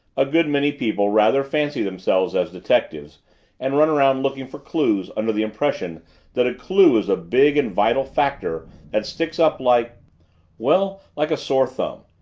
a good many people rather fancy themselves as detectives and run around looking for clues under the impression that a clue is a big and vital factor that sticks up like well, like a sore thumb.